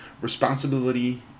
Responsibility